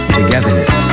togetherness